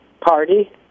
party